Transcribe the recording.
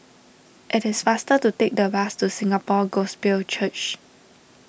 it is faster to take the bus to Singapore Gospel Church